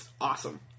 awesome